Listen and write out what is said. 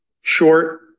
short